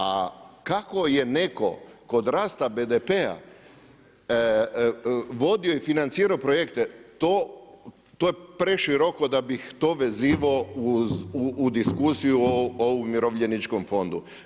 A kako je neko kod rasta BDP-a vodio i financirao projekte, to je preširoko da bi to vezivo u diskusiju o Umirovljeničkom fondu.